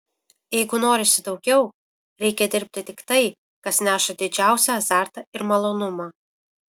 jeigu norisi daugiau reikia dirbti tik tai kas neša didžiausią azartą ir malonumą